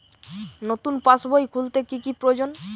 নতুন পাশবই খুলতে কি কি প্রয়োজন?